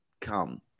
come